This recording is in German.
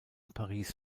paris